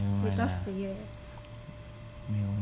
later 肥啊